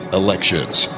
elections